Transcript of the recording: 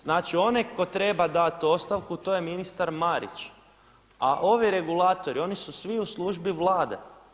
Znači, onaj tko treba dat ostavku to je ministar Marić, a ovi regulatori oni su svi u službi Vlade.